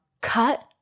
Cut